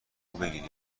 بگیری